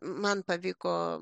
man pavyko